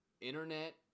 internet